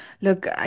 Look